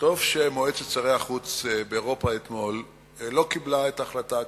טוב שמועצת שרי החוץ של אירופה לא קיבלה אתמול את ההחלטה הקיצונית,